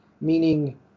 meaning